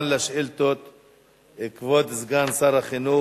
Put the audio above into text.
נגד, נמנעים,